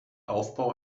aufbau